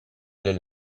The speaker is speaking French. les